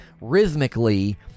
rhythmically